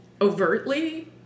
overtly